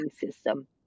system